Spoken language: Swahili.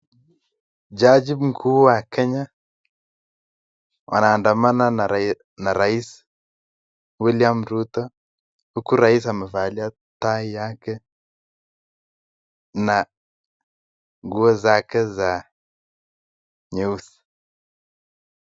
Jaji mkuu wa Kenya wanaandama na rais William Rutto huku rais amevalia tai yake na nguo zake za nyeusi.